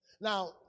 Now